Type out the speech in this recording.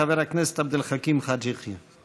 חבר הכנסת עבד אל חכים חאג' יחיא.